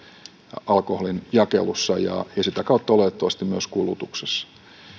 alkoholin jakelussa ja sitä kautta oletettavasti myös kulutuksessa